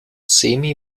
semi